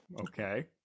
Okay